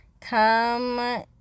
Come